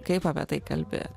kaip apie tai kalbi